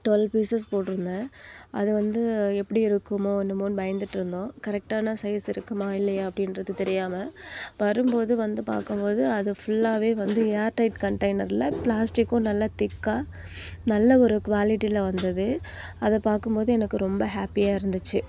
twelve pieces போட்டுருந்தேன் அது வந்து எப்படி இருக்கும் என்னமோன்னு பயந்துட்டுருந்தோம் கரெக்டான சைஸ் இருக்குமா இல்லையா அப்படின்றது தெரியாமல் வரும் போது வந்து பார்க்கும் போது அது ஃபுல்லாக வந்து ஏர் டைட் கண்டெய்னரில் பிளாஸ்டிக்கும் நல்லா திக்காக நல்ல ஒரு குவாலிட்டியில் வந்தது அதை பார்க்கும் போது எனக்கு ரொம்ப ஹேப்பியாக இருந்துச்சு